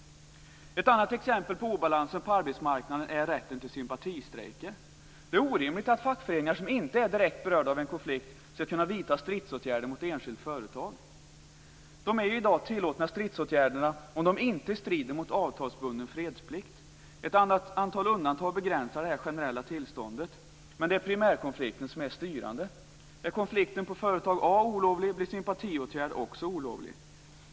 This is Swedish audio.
Ett annat exempel på obalanser på arbetsmarknaden är rätten till sympatistrejker. Det är orimligt att fackföreningar som inte är direkt berörda av en konflikt skall kunna vidta stridsåtgärder mot ett enskilt företag. Dessa stridsåtgärder är i dag tillåtna om de inte strider mot avtalsbunden fredsplikt. Ett antal andra undantag begränsar det här generella tillståndet. Men det är primärkonflikten som är styrande. Är konflikten på ett visst företag olovlig, blir sympatiåtgärd också olovlig.